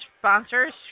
sponsors